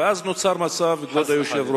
ואז נוצר מצב, חס וחלילה.